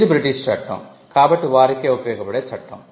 ఇది బ్రిటీష్ చట్టం కాబట్టి వారికే ఉపయోగపడే చట్టం